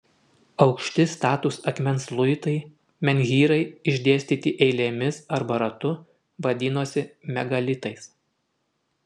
aukšti statūs akmens luitai menhyrai išdėstyti eilėmis arba ratu vadinosi megalitais